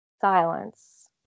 Silence